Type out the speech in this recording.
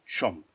chomp